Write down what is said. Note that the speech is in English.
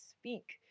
speak